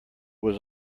was